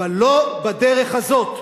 אבל לא בדרך הזאת.